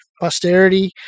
posterity